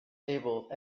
able